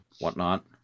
whatnot